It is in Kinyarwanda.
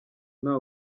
nta